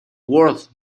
worth